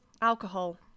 alcohol